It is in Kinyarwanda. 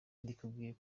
ntidukwiye